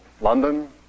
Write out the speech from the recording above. London